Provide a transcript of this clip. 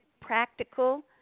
practical